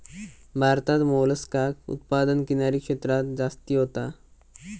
भारतात मोलस्कास उत्पादन किनारी क्षेत्रांत जास्ती होता